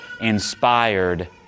inspired